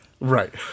Right